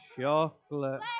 chocolate